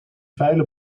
vuile